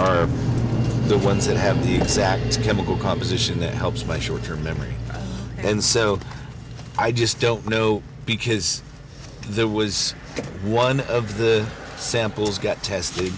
are the ones that have the exact chemical composition that helps my short term memory and so i just don't no because there was one of the samples got tested